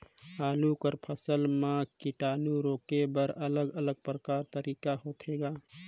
आलू कर फसल म कीटाणु रोके बर अलग अलग प्रकार तरीका होथे ग?